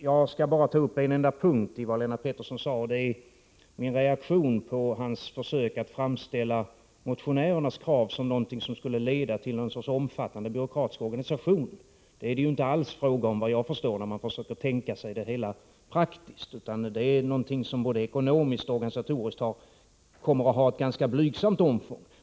Jag skall bara ta upp en enda punkt i det som Lennart Pettersson sade. Jag vill återge min reaktion på hans försök att framställa motionärernas krav som någonting som skulle leda till en omfattande byråkratisk organisation. Det är det inte alls fråga om. Om man försöker tänka sig det hela praktiskt kan man anta att det är någonting som både ekonomiskt och organisatoriskt kommer att ha ett ganska blygsamt omfång.